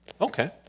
Okay